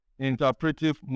interpretive